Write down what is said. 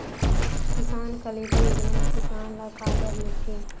किसान कलेवा योजना म किसान ल का लाभ मिलथे?